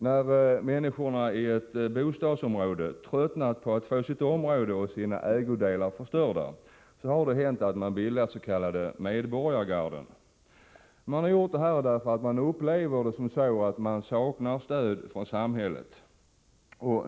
När människorna i ett bostadsområde tröttnat på att få sitt område och sina ägodelar förstörda har det hänt att de bildat s.k. medborgargarden. Det har man gjort för att man upplevt sig sakna stöd från samhället.